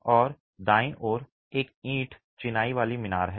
और दाईं ओर एक ईंट चिनाई वाली मीनार है